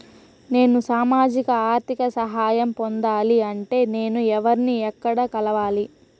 నేను సామాజిక ఆర్థిక సహాయం పొందాలి అంటే నేను ఎవర్ని ఎక్కడ కలవాలి?